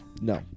No